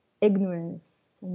ignorance